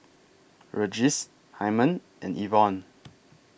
Regis Hymen and Ivonne